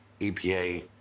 EPA